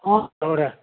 ಹಾಂ ಅವರೇ